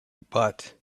but